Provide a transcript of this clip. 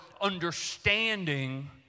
understanding